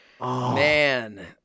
man